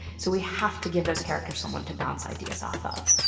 so we have to give those characters someone to bounce ideas off of.